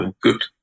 good